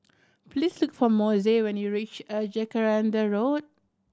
please look for Mose when you reach a Jacaranda Road